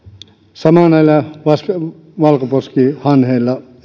sama näillä valkoposkihanhilla